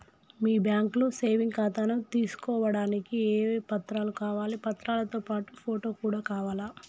మీ బ్యాంకులో సేవింగ్ ఖాతాను తీసుకోవడానికి ఏ ఏ పత్రాలు కావాలి పత్రాలతో పాటు ఫోటో కూడా కావాలా?